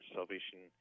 Salvation